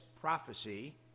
prophecy